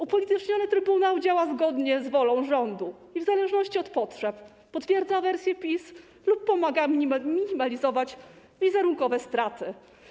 Upolityczniony trybunał działa zgodnie z wolą rządu i w zależności od potrzeb potwierdza wersję PiS lub pomaga minimalizować wizerunkowe straty.